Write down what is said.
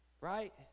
Right